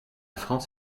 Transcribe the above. france